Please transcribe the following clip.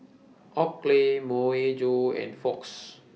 Oakley Myojo and Fox